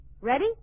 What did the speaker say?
Ready